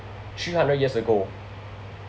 three hundred years ago